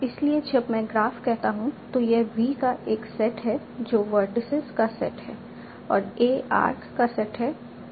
इसलिए जब मैं ग्राफ कहता हूं तो यह V का एक सेट है जो वर्टिसीज का सेट है और A आर्क का सेट है